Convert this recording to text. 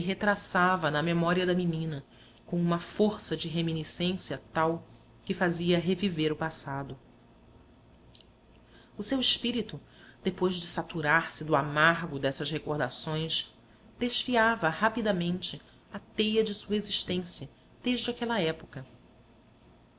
retraçava na memória da menina com uma força de reminiscência tal que fazia reviver o passado o seu espírito depois de saturar se do amargo dessas recordações desfiava rapidamente a teia de sua existência desde aquela época